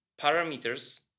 parameters